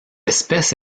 espèce